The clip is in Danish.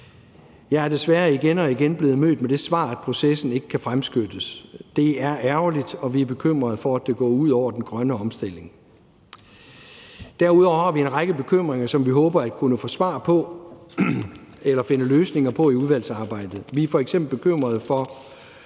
Jeg er desværre igen og igen blevet mødt med det svar, at processen ikke kan fremskyndes. Det er ærgerligt, og vi er bekymret for, at det går ud over den grønne omstilling. Derudover har vi en række bekymringer og spørgsmål, som vi håber at kunne få svar på eller finde løsninger på i udvalgsarbejdet. Vi er f.eks. bekymret for,